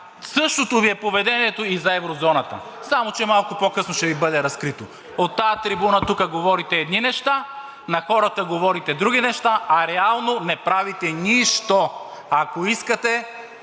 Същото Ви е поведението и за еврозоната, само че малко по-късно ще Ви бъде разкрито. От тази трибуна тук говорите едни неща, на хората говорите други неща, а реално не правите нищо. Ако искате,